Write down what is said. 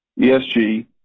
ESG